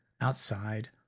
outside